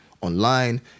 online